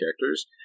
characters